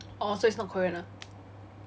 oh so it's not korean ah